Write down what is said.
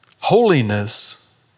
holiness